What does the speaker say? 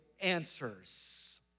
answers